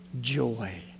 joy